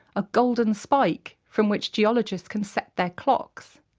a golden spike from which geologists can set their clocks.